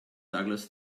douglas